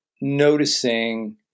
noticing